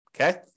Okay